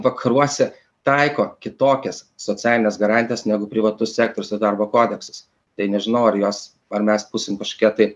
vakaruose taiko kitokias socialines garantijas negu privatus sektorius ar darbo kodeksas tai nežinau ar jos ar mes būsim kažkokie tai